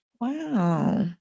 Wow